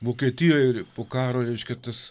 vokietijoj ir po karo reiškia tas